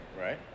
Right